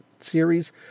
series